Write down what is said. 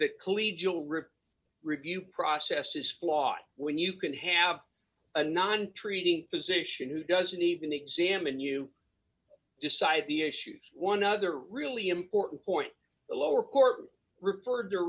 river review process is flawed when you can have a non treating physician who doesn't even examine you decide the issues one other really important point the lower court referred to